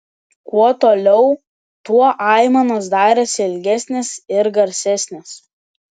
kuo toliau tuo aimanos darėsi ilgesnės ir garsesnės